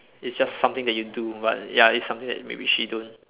is just something that you do but ya it's something that maybe she don't